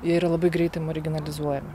jie yra labai greitai marginalizuojami